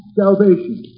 salvation